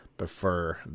Prefer